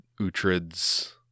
Utrid's